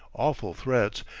awful threats,